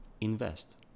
invest